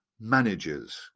managers